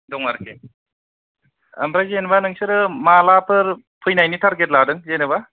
दं आरोखि ओमफ्राइ जेनबा नोंसोर मालाफोर फैनायनि थारगेद लादों जेनोबा